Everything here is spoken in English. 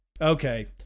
Okay